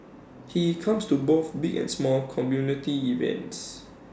he comes to both big and small community events